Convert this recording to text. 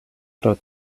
pro